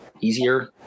easier